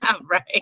right